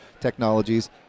technologies